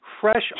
fresh